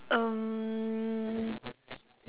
um